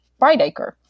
Brightacre